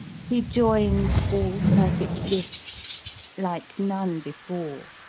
he joins all perfect gifts like none before,